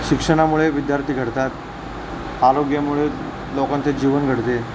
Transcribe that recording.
शिक्षणामुळे विद्यार्थी घडतात आरोग्यामुळे लोकांचे जीवन घडते